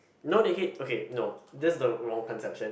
no they hate okay no this is the wrong conception